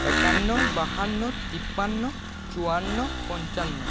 একান্ন বাহান্ন তিপ্পান্ন চুয়ান্ন পঞ্চান্ন